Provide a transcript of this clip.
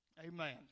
Amen